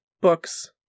books